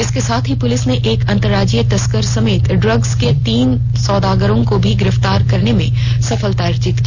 इसके साथ ही पुलिस ने एक अंतर्राज्यीय तस्कर समेत ड्रग्स के तीन सौदागरों को भी गिरफ्तार करने में सफलता अर्जित की